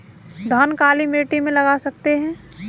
धान काली मिट्टी में लगा सकते हैं?